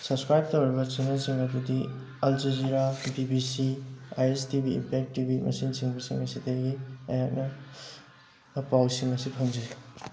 subscribe ꯇꯧꯔꯤꯕ ꯆꯦꯅꯦꯜꯁꯤꯡ ꯑꯗꯨꯗꯤ ꯑꯜꯖꯤꯖꯤꯔꯥ B B C I S TV impact TV ꯑꯁꯤꯅꯆꯤꯡꯕꯁꯤꯡ ꯑꯁꯤꯗꯒꯤ ꯑꯩꯍꯥꯛꯅ ꯄꯥꯎꯁꯤꯡ ꯑꯁꯤ ꯐꯪꯖꯩ